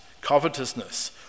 covetousness